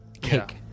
cake